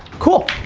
cool.